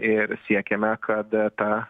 ir siekiame kad ta